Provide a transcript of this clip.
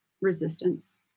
resistance